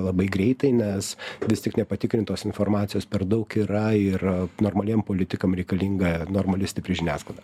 labai greitai nes vis tik nepatikrintos informacijos per daug yra ir normaliem politikam reikalinga normali stipri žiniasklaida